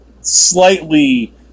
slightly